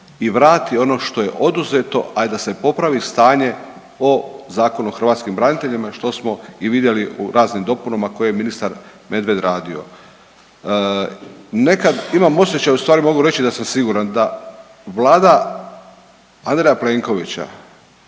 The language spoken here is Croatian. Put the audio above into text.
i vrati ono što je oduzeto, a i da se popravi stanje o Zakon o hrvatskim braniteljima što smo i vidjeli u raznim dopunama koje je ministar Medved radio. Nekad imam osjećaj, ustvari mogu reći da sam siguran da vlada Andreja Plenkovića,